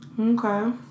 okay